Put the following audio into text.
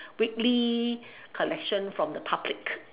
weekly collection from the public